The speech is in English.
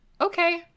okay